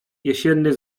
jesienny